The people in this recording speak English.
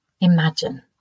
imagine